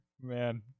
Man